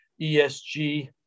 ESG